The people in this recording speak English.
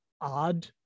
odd